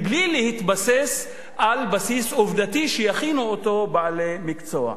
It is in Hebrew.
בלי להתבסס על בסיס עובדתי שיכינו בעלי מקצוע.